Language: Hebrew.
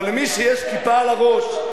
אבל למי שיש כיפה על הראש,